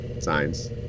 signs